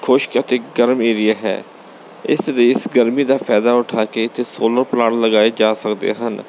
ਖੁਸ਼ਕ ਅਤੇ ਗਰਮ ਏਰੀਆ ਹੈ ਇਸ ਲਈ ਇਸ ਗਰਮੀ ਦਾ ਫਾਇਦਾ ਉਠਾ ਕੇ ਇੱਥੇ ਸੋਲੋ ਪਲਾਂਟ ਲਗਾਏ ਜਾ ਸਕਦੇ ਹਨ